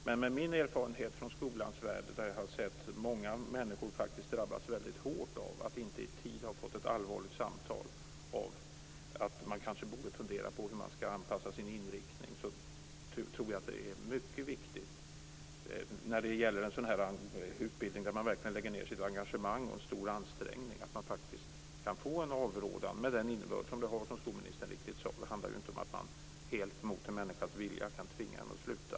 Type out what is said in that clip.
Med min erfarenhet från skolans värld, där jag har sett många människor drabbas mycket hårt av att inte i tid ha fått ett allvarligt samtal om att man kanske borde fundera på hur man skall anpassa sin inriktning, tror jag att det är mycket viktigt att man faktiskt kan få en avrådan med den innebörd det har, som skolministern riktigt sade. Det gäller särskilt en sådan här utbildning, där man verkligen går in med sitt engagemang och stora ansträngningar. Det handlar ju inte om att man helt mot en människas vilja kan tvinga henne att sluta.